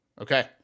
Okay